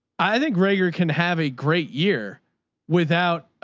i think rager can have a great year without,